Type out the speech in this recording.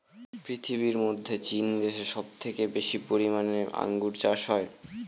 পৃথিবীর মধ্যে চীন দেশে সব থেকে বেশি পরিমানে আঙ্গুর চাষ হয়